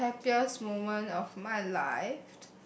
my happiest moment of my life